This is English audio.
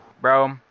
Bro